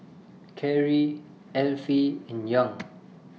Kerry Alfie and Young